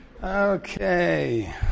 Okay